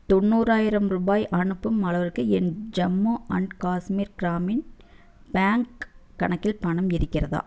தொண்ணூறாயிரம் ரூபாய் அனுப்பும் அளவுக்கு என் ஜம்மு அண்ட் காஷ்மீர் கிராமின் பேங்க் கணக்கில் பணம் இருக்கிறதா